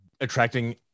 attracting